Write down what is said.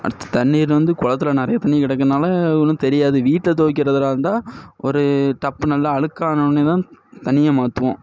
அடுத்து தண்ணீர் வந்து குளத்துல நிறைய தண்ணி கிடக்குறனால ஒன்று தெரியாது வீட்டில் துவக்கிறதா இருந்தால் ஒரு டப்பு நல்லா அழுக்கானன்னே தான் தண்ணியை மாற்றுவோம்